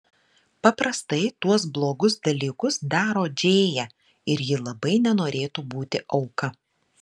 paprastai tuos blogus dalykus daro džėja ir ji labai nenorėtų būti auka